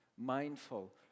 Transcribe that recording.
Mindful